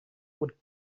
would